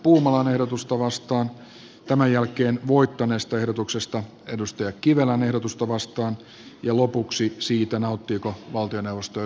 lisäksi kotihoidon tuen pakkokiintiöimisellä rajoitetaan perheiden valinnanvapautta lisätään kuntien menoja ja julkisen talouden kestävyysvaje syvenee